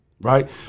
right